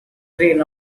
grain